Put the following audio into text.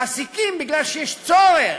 מעסיקים כי יש צורך,